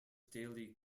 daily